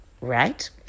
right